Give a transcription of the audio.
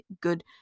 good